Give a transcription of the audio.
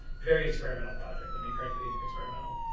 very experimental project. i mean, incredibly experimental.